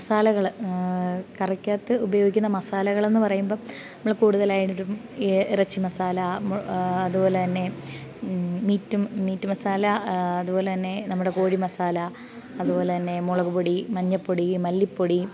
മസാലകൾ കറിക്കകത്ത് ഉപയോഗിക്കുന്ന മസാലകളെന്ന് പറയുമ്പം നമ്മൾ കൂടുതലായിട്ടും ഇറച്ചി മസാല അതുപോലെ തന്നെ മിറ്റും മീറ്റ് മസാല അതുപോലെ തന്നെ നമ്മുടെ കോഴി മസാല അതുപോലെ തന്നെ മുളക് പൊടി മഞ്ഞൾ പൊടി മല്ലിപ്പൊടി